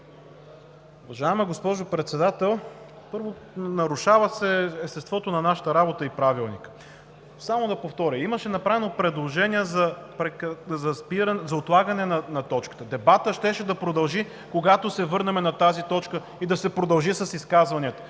Уважаема госпожо Председател, първо, нарушава се естеството на нашата работа и Правилника. Да повторя само, че имаше направено предложение за отлагане на точката. Дебатът щеше да продължи, когато се върнем на тази точка и да се продължи с изказванията,